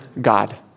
God